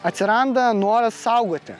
atsiranda noras saugoti